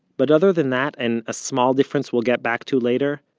but other than that, and a small difference we'll get back to later,